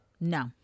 No